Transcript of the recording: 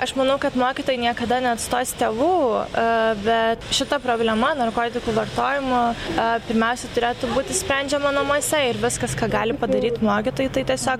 aš manau kad mokytojai niekada neatstos tėvų bet šita problema narkotikų vartojimo pirmiausia turėtų būti sprendžiama namuose ir viskas ką gali padaryt mokytojai tai tiesiog